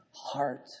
heart